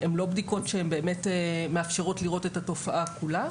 הן לא בדיקות שהן באמת מאפשרות לראות את התופעה כולה.